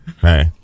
hey